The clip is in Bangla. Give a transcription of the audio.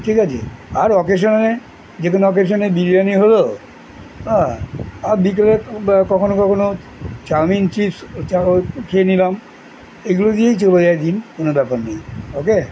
ঠিক আছে আর অকেশনে যে কোনও অকেশনে বিরিয়ানি হল হ্যাঁ আর বিকেলে কখনও কখনও চাউমিন চিপস খেয়ে নিলাম এগুলো দিয়েই চলে যায় দিন কোনও ব্যাপার নেই ওকে